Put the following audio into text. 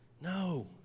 No